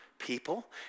people